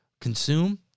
consume